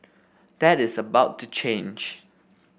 that is about to change